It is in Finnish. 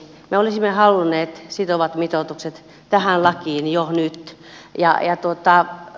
me olisimme halunneet sitovat mitoitukset tähän lakiin jo nyt